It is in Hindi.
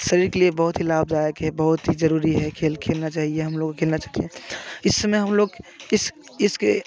सभी के लिए बहुत ही लाभदायक है बहुत ही जरूरी है खेल खेलना चाहिए हम लोग खेलना चाहिए इस समय हम लोग इस इसके